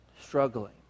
struggling